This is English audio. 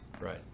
right